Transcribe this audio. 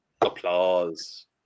Applause